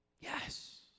Yes